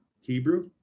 Hebrew